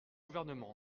gouvernement